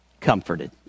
comforted